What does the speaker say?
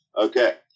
Okay